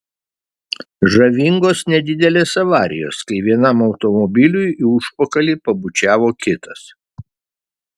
žavingos nedidelės avarijos kai vienam automobiliui į užpakalį pabučiavo kitas